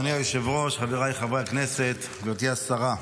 אדוני היושב-ראש, חבריי חברי הכנסת, גברתי השרה,